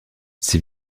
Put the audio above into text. ces